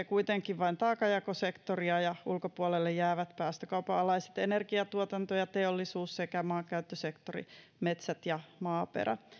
kuitenkin vain taakanjakosektoria ja ulkopuolelle jäävät päästökaupan alainen energiantuotanto ja teollisuus sekä maankäyttösektori metsät ja maaperä